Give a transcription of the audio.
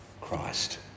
Christ